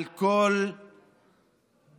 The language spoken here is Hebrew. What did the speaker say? על כל פלגיו,